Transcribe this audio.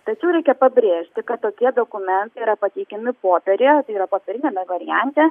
tačiau reikia pabrėžti kad tokie dokumentai yra pateikiami popieriuje tai yra popieriniame variante